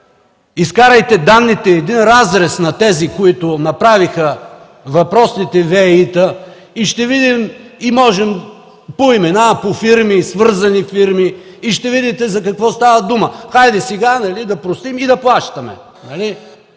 Изкарайте данните, един разрез на тези, които направиха въпросните ВЕИ-та и ще видим по имена, по свързани фирми за какво става дума. Хайде сега да простим и да плащаме!